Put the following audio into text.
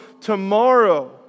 tomorrow